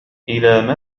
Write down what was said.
إلى